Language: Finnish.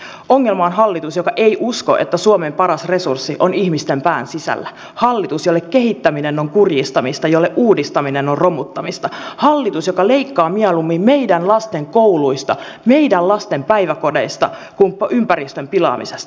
ongelma on hallitus joka ei usko että suomen paras resurssi on ihmisten pään sisällä hallitus jolle kehittäminen on kurjistamista jolle uudistaminen on romuttamista hallitus joka leikkaa mieluummin meidän lasten kouluista meidän lasten päiväkodeista kuin ympäristön pilaamisesta